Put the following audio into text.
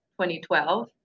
2012